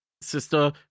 sister